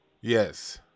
Yes